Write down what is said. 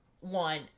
one